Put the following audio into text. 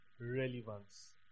Relevance